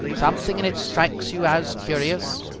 something in it strikes you as curious.